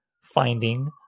finding